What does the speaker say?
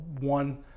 one